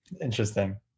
interesting